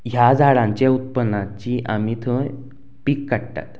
ह्या झाडाचें उत्पन्नाचीं आमी थंय पीक काडटात